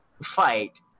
Fight